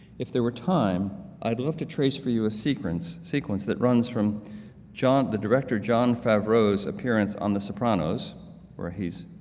if theyrewere time i'd love to trace for you a sequence sequence that runs from the director jon favreau's appearance on the sopranos where he's